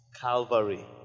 Calvary